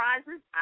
surprises